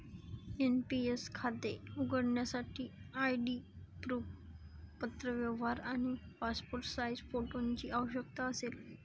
NPS खाते उघडण्यासाठी ID proof, पत्रव्यवहार आणि पासपोर्ट साइज फोटोची आवश्यकता असेल